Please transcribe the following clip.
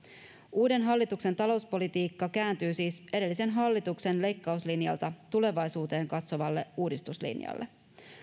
uuden hallituksen talouspolitiikka kääntyy siis edellisen hallituksen leikkauslinjalta tulevaisuuteen katsovalle uudistuslinjalle